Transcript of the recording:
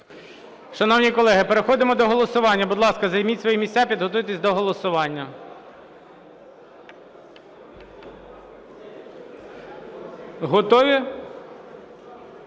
виступили? Переходимо до голосування. Будь ласка, займіть свої місця і підготуйтесь до голосування. Готові